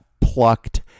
plucked